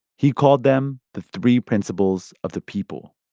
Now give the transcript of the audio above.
he called them the three principles of the people